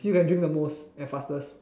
see who can drink the most and fastest